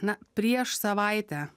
na prieš savaitę